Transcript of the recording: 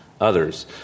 others